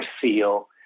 feel